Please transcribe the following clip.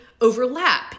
overlap